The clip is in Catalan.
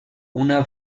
una